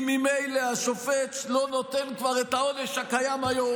אם ממילא השופט לא נותן את העונש הקיים כבר כיום.